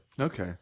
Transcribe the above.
Okay